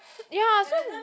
ya so